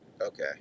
Okay